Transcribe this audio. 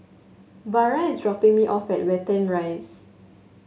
Vara is dropping me off at Watten Rise